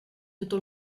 tutto